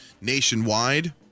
nationwide